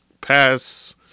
pass